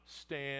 stand